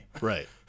Right